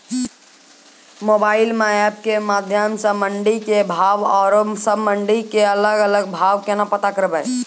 Mobile म app के माध्यम सऽ मंडी के भाव औरो सब मंडी के अलग अलग भाव केना पता करबै?